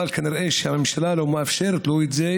כנראה שהממשלה לא מאפשרת לו את זה,